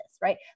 right